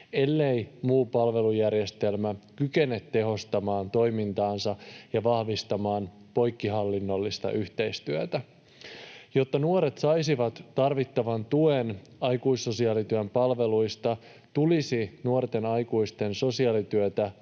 ellei muu palvelujärjestelmä kykene tehostamaan toimintaansa ja vahvistamaan poikkihallinnollista yhteistyötä. Jotta nuoret saisivat tarvittavan tuen aikuissosiaalityön palveluista, tulisi nuorten aikuisten sosiaalityötä